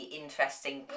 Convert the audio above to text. interesting